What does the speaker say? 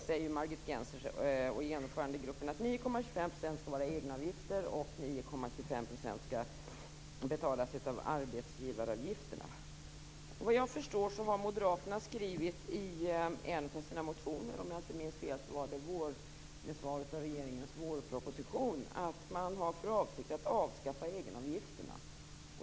Margit Gennser och Genomförandegruppen säger att att Om jag inte minns fel har moderaterna i en av sina motioner i anslutning till regeringens vårproposition skrivit att man har för avsikt att avskaffa egenavgifterna.